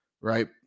right